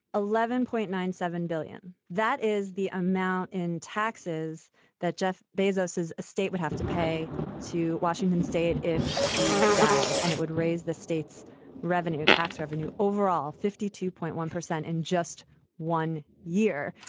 eleven point nine, seven billion. that is the amount in taxes that jeff bezos as a state would have to pay to washington state if he died. and it would raise the state's revenue, tax revenue overall, fifty two point one percent in just one year.